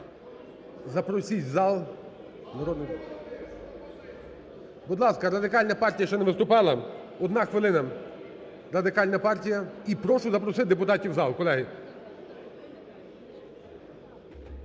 запросіть в зал… Будь ласка, Радикальна партія ще не виступала. Одна хвилина, Радикальна партія. І прошу запросити депутатів в зал, колеги.